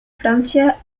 francia